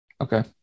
okay